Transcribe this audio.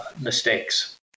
mistakes